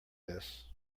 this